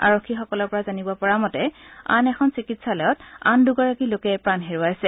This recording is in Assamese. আৰক্ষী সকলৰ পৰা জানিব পৰা মতে আন এখন চিকিৎসালয়ত আন দুগৰাকী লোকে প্ৰাণ হেৰুৱাইছে